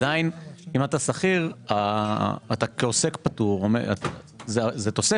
עדיין אם אתה שכיר אתה כעוסק פטור זה תוספת,